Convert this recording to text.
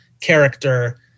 character